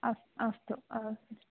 अस्तु अस्तु अस्तु